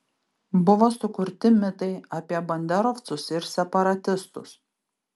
buvo sukurti mitai apie banderovcus ir separatistus